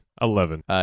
Eleven